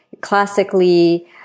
classically